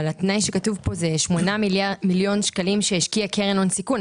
אבל התנאי שכתוב פה זה 8 מיליון שקלים שהשקיעה קרן הון סיכון,